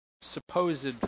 supposed